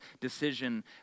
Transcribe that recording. decision